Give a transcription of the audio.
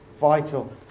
vital